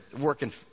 working